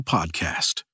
Podcast